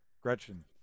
Gretchen